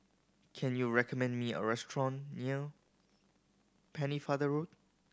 can you recommend me a restaurant near Pennefather Road